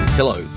hello